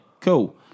cool